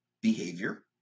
behavior